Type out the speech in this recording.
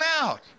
out